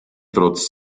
trotz